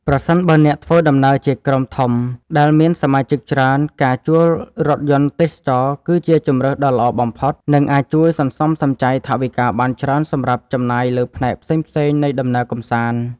ប្រសិនបើអ្នកធ្វើដំណើរជាក្រុមធំដែលមានសមាជិកច្រើនការជួលរថយន្តទេសចរណ៍គឺជាជម្រើសដ៏ល្អបំផុត និង អាចជួយសន្សំសំចៃថវិកាបានច្រើនសម្រាប់ចំណាយលើផ្នែកផ្សេងៗនៃដំណើរកម្សាន្ត។